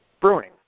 brewing